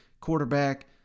quarterback –